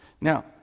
Now